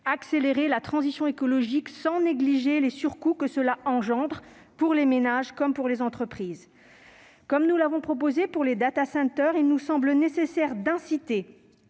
accélérer la transition écologique sans négliger les surcoûts qu'elle engendre pour les ménages comme pour les entreprises. Comme nous l'avons proposé pour les, il nous semble nécessaire d'inciter